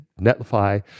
Netlify